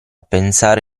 pensare